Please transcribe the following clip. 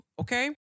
okay